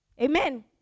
Amen